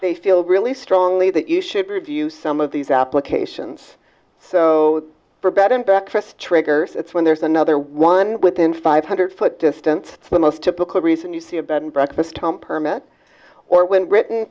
they feel really strongly that you should review some of these applications so for bed and breakfast triggers that's when there's another one within five hundred foot distance the most typical reason you see a bed and breakfast home permit or when writ